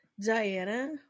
Diana